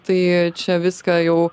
tai čia viską jau